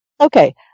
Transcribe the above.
Okay